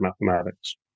mathematics